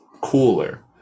cooler